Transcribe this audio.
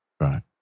Right